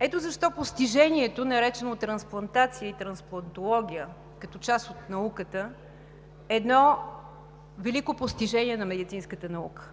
Ето защо постижението, наречено „трансплантация“ и „трансплантология“, като част от науката, е велико постижение на медицинската наука.